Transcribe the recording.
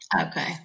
Okay